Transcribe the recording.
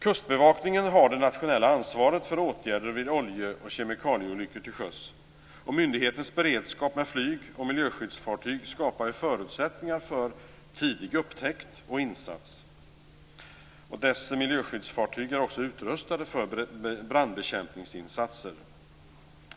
Kustbevakningen har det nationella ansvaret för åtgärder vid olje och kemikalieolyckor till sjöss, och myndighetens beredskap med flyg och miljöskyddsfartyg skapar förutsättningar för tidig upptäckt och insats. Dess miljöskyddsfartyg är också utrustade för brandbekämpningsinsatser.